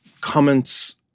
comments